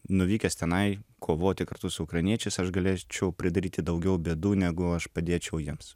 nuvykęs tenai kovoti kartu su ukrainiečiais aš galėčiau pridaryti daugiau bėdų negu aš padėčiau jiems